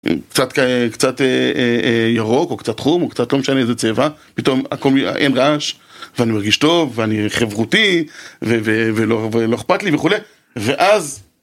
קצת ירוק או קצת חום או קצת לא משנה איזה צבע, פתאום עקום, אין רעש ואני מרגיש טוב ואני חברותי ולא אכפת לי וכולי ואז